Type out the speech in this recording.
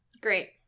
Great